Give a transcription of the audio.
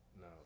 No